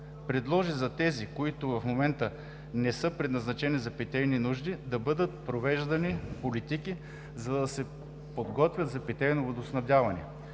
Предложи за тези, които към момента не са предназначени за питейни нужди да бъдат провеждани политики, за да се пригодят за питейно водоснабдяване,